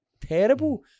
Terrible